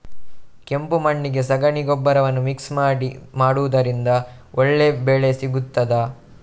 ಕೆಂಪು ಮಣ್ಣಿಗೆ ಸಗಣಿ ಗೊಬ್ಬರವನ್ನು ಮಿಕ್ಸ್ ಮಾಡುವುದರಿಂದ ಒಳ್ಳೆ ಬೆಳೆ ಸಿಗುತ್ತದಾ?